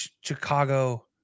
Chicago